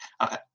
Okay